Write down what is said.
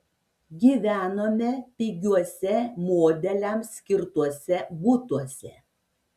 gyvenome pigiuose modeliams skirtuose butuose